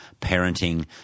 parenting